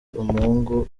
umuhungu